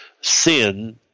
sin